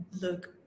look